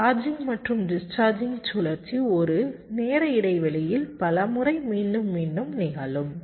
charging மற்றும் discharging சுழற்சி ஒரு நேர இடைவெளியில் பல முறை மீண்டும் மீண்டும் நிகழும்